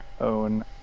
own